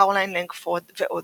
קרוליין לנגפורד ועוד.